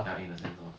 ya in a sense lor